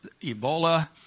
Ebola